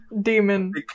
demon